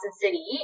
City